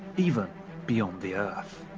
even beyond the earth.